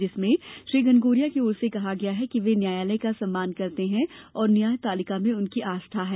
इसमें श्री घनघोरिया की ओर से कहा गया है कि वे न्यायालय का सम्मान करते हैं और न्याय पालिका में उनकी आस्था है